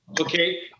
Okay